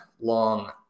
long